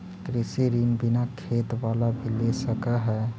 कृषि ऋण बिना खेत बाला भी ले सक है?